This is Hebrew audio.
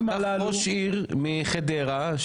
קח ראש עיר מחדרה,